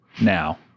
now